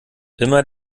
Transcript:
immer